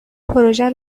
پروژه